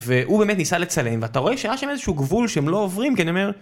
והוא באמת ניסה לצלם, ואתה רואה שהיה שם איזשהו גבול שהם לא עוברים, כן אמר?